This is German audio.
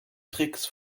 tricks